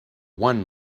one